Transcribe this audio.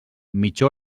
mitja